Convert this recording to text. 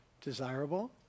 desirable